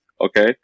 okay